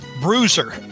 bruiser